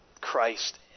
Christ